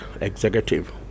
executive